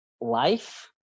life